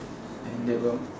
then they will